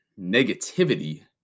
negativity